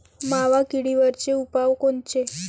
मावा किडीवरचे उपाव कोनचे?